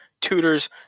tutors